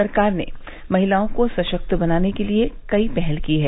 सरकार ने महिलाओं को सशक्त बनाने के लिए कई पहल की हैं